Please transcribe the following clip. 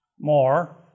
more